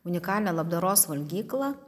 unikalią labdaros valgyklą